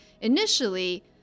initially